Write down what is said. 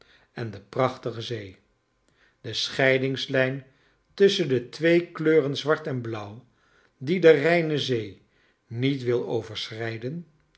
en de prachtige zee de scheidingslrjn tusschen de twee kleuren zwart en blauw die de reine zee niet wil